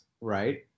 right